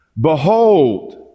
behold